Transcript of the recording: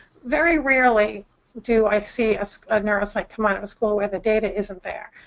very rarely do i see ah see a neuro-psych come out of the school where the data isn't there.